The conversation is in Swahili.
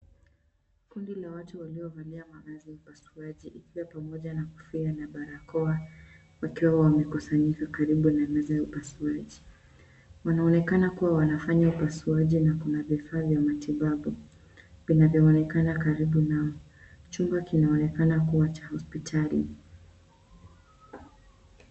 Kundi la watu waliovalia mavazi ya upasuaji ikiwa pamoja na kofia na barakoa wakiwa wamekusanyika karibu na meza ya upasuaji. Wanaonekana kuwa wanafanya upasuaji na kuna vifaa vya matibabu vinavyoonekana karibu nao. Chumba kinaonekana kuwa cha hospitali.